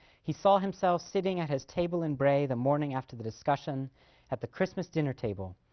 he saw himself sitting at his table in bray the morning after the discussion at the christmas dinner table,